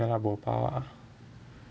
ya lah bo 包 ah